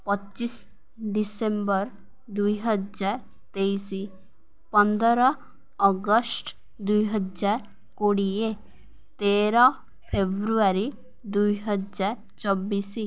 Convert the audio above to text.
ପଚିଶି ଡିସେମ୍ବର ଦୁଇ ହଜାର ତେଇଶି ପନ୍ଦର ଅଗଷ୍ଟ ଦୁଇ ହଜାର କୋଡ଼ିଏ ତେର ଫେବୃଆରୀ ଦୁଇ ହଜାର ଚବିଶି